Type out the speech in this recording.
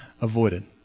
avoided